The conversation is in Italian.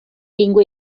lingua